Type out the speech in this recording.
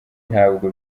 ntabwo